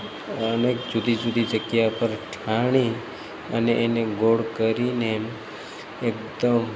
અનેક જુદી જુદી જગ્યા પર ઠાણી અને એને ગોળ કરીને એકદમ